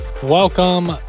welcome